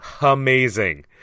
amazing